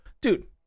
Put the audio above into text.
Dude